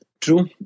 true